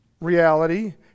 reality